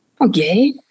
Okay